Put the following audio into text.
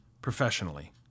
professionally